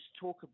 talk